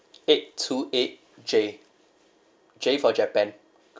eight two eight J J for japan